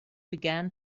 began